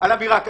על אמירה כזו.